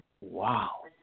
wow